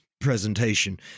presentation